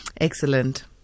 Excellent